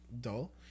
dull